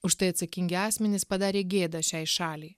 už tai atsakingi asmenys padarė gėdą šiai šaliai